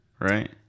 right